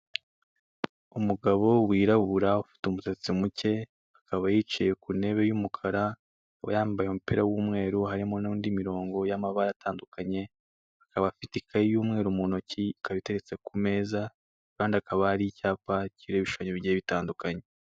Umugabo wirabura ufite umusatsi muke, akaba yicaye ku ntebe y'umukara, we yambaye umupira w'umweru harimo nindi mirongo y'amabara atandukanye, akaba afite ikayi y'umweru mu ntoki ikaba iteretse ku meza, kandi hakaba hari icyapa kiriho ibishushanyo bigiye bitandukanye.